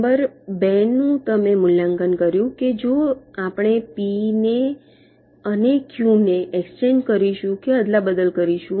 number બે નું તમે મૂલ્યાંકન કર્યું છે કે જો આપણે પી અને ક્યુ ને એક્સચેન્જ કરીશું કે અદલાબદલ કરીશું